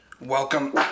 Welcome